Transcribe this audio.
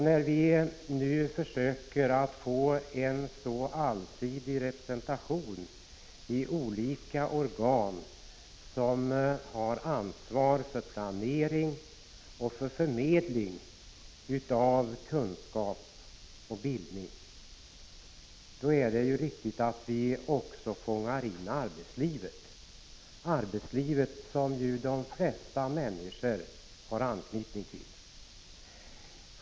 När vi nu försöker få en så allsidig representation som möjligt i olika organ som har ansvar för planeringen och för förmedlingen av kunskap och bildning, är det naturligtvis riktigt att vi också fångar in arbetslivet, som ju de flesta människor har anknytning till.